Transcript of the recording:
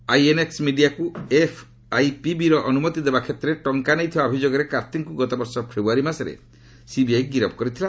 INX ମିଡିଆକୁ ଏଫ୍ଆଇପିବିର ଅନୁମତି ଦେବା କ୍ଷେତ୍ରରେ ଟଙ୍କା ନେଇଥିବା ଅଭିଯୋଗରେ କାର୍ତ୍ତିଙ୍କୁ ଗତବର୍ଷ ଫେବୃୟାରୀ ମାସରେ ସିବିଆଇ ଗିରଫ୍ କରିଥିଲା